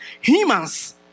humans